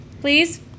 Please